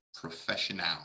professional